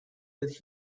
that